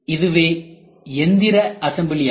இதுவே எந்திர அசம்பிளி ஆகும்